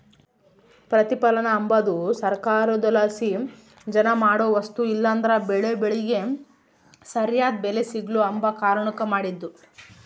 ಪ್ರತಿಪಲನ ಅಂಬದು ಸರ್ಕಾರುದ್ಲಾಸಿ ಜನ ಮಾಡೋ ವಸ್ತು ಇಲ್ಲಂದ್ರ ಬೆಳೇ ಬೆಳಿಗೆ ಸರ್ಯಾದ್ ಬೆಲೆ ಸಿಗ್ಲು ಅಂಬ ಕಾರಣುಕ್ ಮಾಡಿದ್ದು